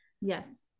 Yes